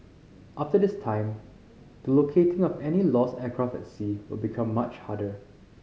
after this time the locating of any lost aircraft at sea will become much harder